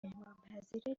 مهمانپذیر